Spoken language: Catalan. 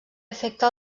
afecta